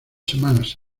semanas